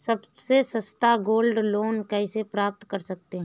सबसे सस्ता gold loan कैसे प्राप्त कर सकते हैं?